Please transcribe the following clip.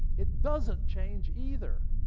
it doesn't change either,